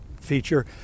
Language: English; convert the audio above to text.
feature